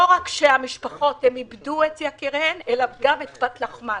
לא רק שהמשפחות איבדו את יקיריהן אלא הן איבדו גם את פת לחמן.